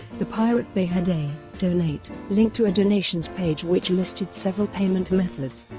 the pirate bay had a donate link to a donations page which listed several payment methods,